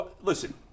Listen